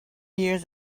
years